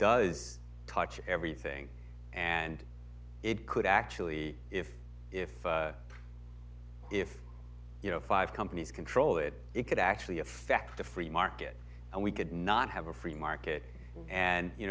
does touch everything and it could actually if if if you know five companies control it it could actually affect the free market and we could not have a free market and you